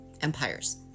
empires